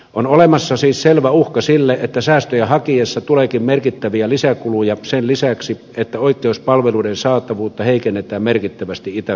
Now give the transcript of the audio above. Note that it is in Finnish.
on olemassa siis selvä uhka sille että säästöjä hakiessa tuleekin merkittäviä lisäkuluja sen lisäksi että oikeuspalveluiden saatavuutta heikennetään merkittävästi itä suomessa